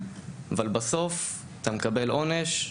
אבל בסוף אתה מקבל עונש,